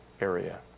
area